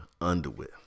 underwear